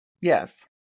yes